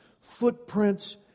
footprints